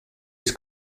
his